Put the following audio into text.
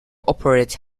operate